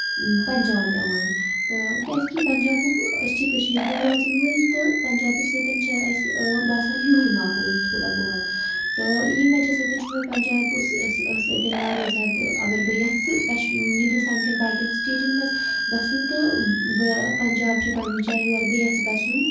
پنجاب یِوان تہٕ کیازِ کہِ پنجابُک أسۍ چھِ کٔشیٖر منٛز روزن وٲلۍ تہٕ بَنجابس سۭتۍ چھِ اسہِ باسان ہِوُے ماحول تھوڑا بہت تہٕ ییٚمہِ وجہہ سۭتۍ چھُ مےٚ پَنجاب سۭتۍ واریاہ زیادٕ اَگر بہٕ یژھ کش ہِندوستان کٮ۪ن باقین سِٹیٹن منٛز گژھن تہٕ بَنجاب چھِ گۄڈٕنِچ جاے یور بہٕ یِژھ گژھُن